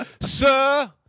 Sir